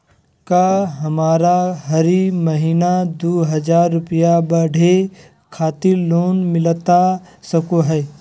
का हमरा हरी महीना दू हज़ार रुपया पढ़े खातिर लोन मिलता सको है?